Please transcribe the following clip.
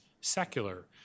secular